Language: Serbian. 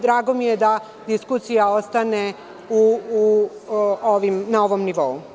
Drago mi je da diskusija ostane na ovom nivou.